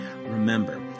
Remember